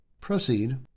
Proceed